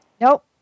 Nope